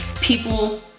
people